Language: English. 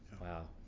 wow